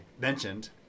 mentioned